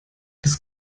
das